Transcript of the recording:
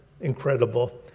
Incredible